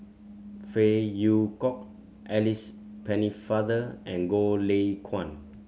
Phey Yew Kok Alice Pennefather and Goh Lay Kuan